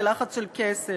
זה לחץ של כסף.